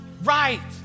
right